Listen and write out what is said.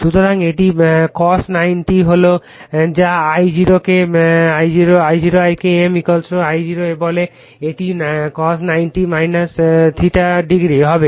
সুতরাং এটি cos 90 হল যা I0 কে I m I0 বলে এটি cos 90 ∅0 হবে